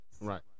Right